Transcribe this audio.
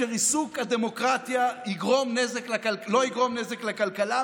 שריסוק הדמוקרטיה לא יגרום נזק לכלכלה,